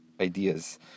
ideas